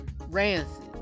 rancid